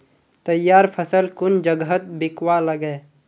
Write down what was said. तैयार फसल कुन जगहत बिकवा लगे?